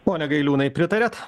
pone gailiūnai pritariat